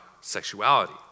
sexuality